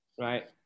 right